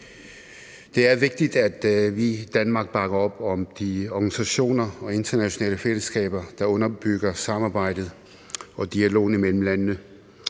Det er vigtigt, at vi i Danmark bakker op om de organisationer og internationale fællesskaber, der underbygger samarbejdet og dialogen imellem landene